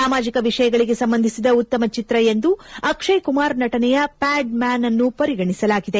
ಸಾಮಾಜಿಕ ವಿಷಯಗಳಿಗೆ ಸಂಬಂಧಿಸಿದ ಉತ್ತಮ ಚಿತ್ರ ಎಂದು ಅಕ್ಷಯ್ ಕುಮಾರ್ ನಟನೆಯ ಪ್ಯಾಡ್ಮ್ಯಾನ್ನ್ನು ಪರಿಗಣಿಸಲಾಗಿದೆ